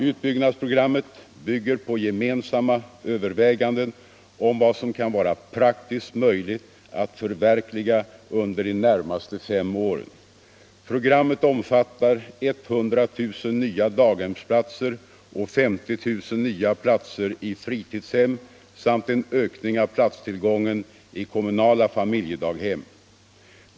Utbyggnadsprogrammet bygger på gemensamma överväganden om vad som kan vara praktiskt möjligt alt förverkliga under de närmaste fem åren. Programmet omfattar 100 000 nya daghemsplatser och 50 000 nya platser i fritidshem samt en ökning av platstillgången i kommunala familjedaghem.